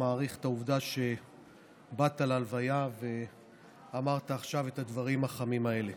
אני מעריך את העובדה שבאת להלוויה ואמרת עכשיו את הדברים החמים האלה.